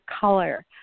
color